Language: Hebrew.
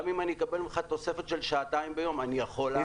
גם אם אני אקבל תוספת של שעתיים ביום אני יכול לעבוד.